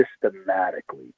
systematically